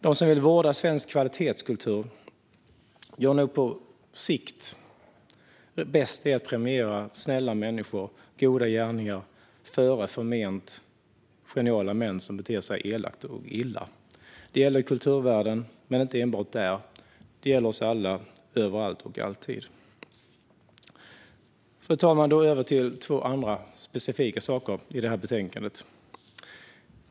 De som vill vårda svensk kvalitetskultur gör nog på sikt bäst i att premiera snälla människor och goda gärningar före förment geniala män som beter sig elakt och illa. Det gäller kulturvärlden men inte enbart där. Det gäller oss alla, överallt och alltid. Fru talman! Över till två andra specifika saker i detta betänkande.